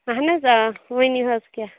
اَہَن حظ آ ؤنِو حظ کیٛاہ